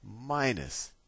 minus